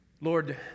Lord